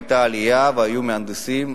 היתה עלייה והיו מהנדסים,